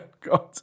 god